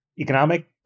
economic